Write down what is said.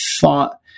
thought